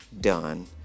done